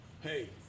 Hey